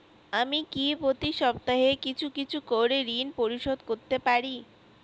আমি কি প্রতি সপ্তাহে কিছু কিছু করে ঋন পরিশোধ করতে পারি?